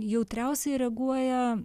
jautriausiai reaguoja